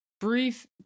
brief